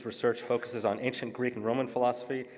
research focuses on ancient greek and roman philosophy,